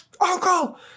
uncle